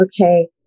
okay